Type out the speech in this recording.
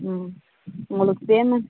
ம் உங்களுக்கு பேமெண்ட்